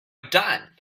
done